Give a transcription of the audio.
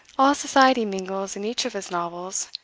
all society mingles in each of his novels.